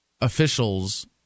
officials